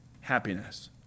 happiness